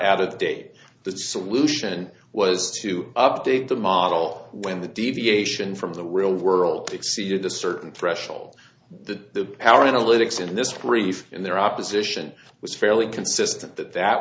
out of the day the solution was to update the model when the deviation from the real world exceeded a certain threshold the power analytics in this brief in their opposition was fairly consistent that that